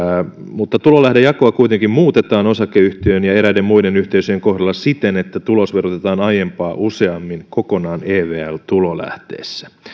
mutta tulolähdejakoa kuitenkin muutetaan osakeyhtiön ja eräiden muiden yhteisöjen kohdalla siten että tulos verotetaan aiempaa useammin kokonaan evl tulolähteessä